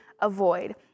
avoid